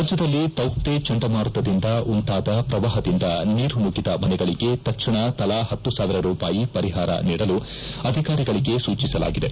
ರಾಜ್ಯದಲ್ಲಿ ತೌಕ್ತೆ ಚಂಡಮಾರುತದಿಂದ ಉಂಟಾದ ಪ್ರವಾಹದಿಂದ ನೀರು ನುಗ್ಗಿದ ಮನೆಗಳಿಗೆ ತಕ್ಷಣ ತಲಾ ಹತ್ತು ಸಾವಿರ ರೂಪಾಯಿ ಪರಿಹಾರ ನೀಡಲು ಅಧಿಕಾರಿಗಳಿಗೆ ಸೂಚಿಸಲಾಗಿದೆ